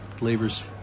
Labor's